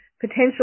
potential